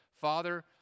Father